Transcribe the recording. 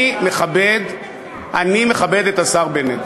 אני מכבד את השר בנט.